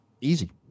easy